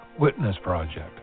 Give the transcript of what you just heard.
witnessproject